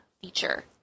feature